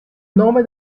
nome